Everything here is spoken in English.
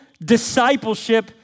discipleship